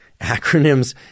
Acronyms